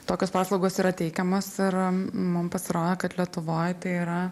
tokios paslaugos yra teikiamos ir mum pasiro kad lietuvoj tai yra